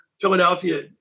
Philadelphia